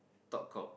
talk cock